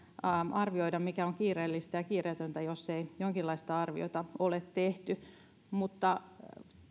arvioida mikä on kiireellistä ja kiireetöntä jos ei jonkinlaista arviota ole tehty mutta